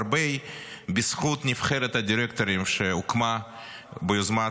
הרבה בזכות נבחרת הדירקטורים שהוקמה ביוזמת